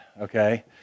Okay